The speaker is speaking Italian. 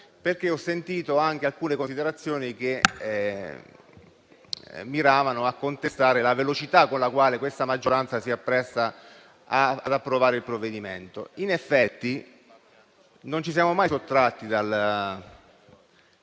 ho sentito alcune considerazioni che miravano a contestare la velocità con la quale la maggioranza si appresta ad approvare il provvedimento. In effetti, non ci siamo mai sottratti al